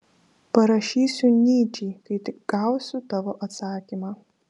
parašysiu nyčei kai tik gausiu tavo atsakymą